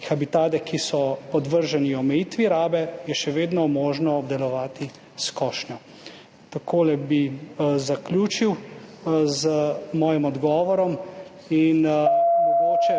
Habitate, ki so podvrženi omejitvi rabe, je še vedno možno obdelovati s košnjo. Takole bi pa zaključil z mojim odgovorom in mogoče